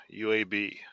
UAB